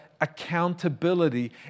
accountability